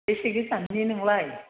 बेसे गोजाननि नोंलाय